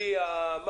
ברף הפלילי?